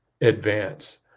advance